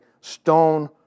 stone